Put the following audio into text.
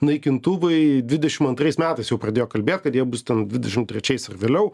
naikintuvai dvidešimt antrais metais jau pradėjo kalbėt kad jie bus ten dvidešimt trečiais ar vėliau